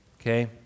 okay